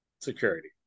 security